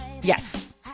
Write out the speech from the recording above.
Yes